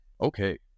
Okay